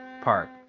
Park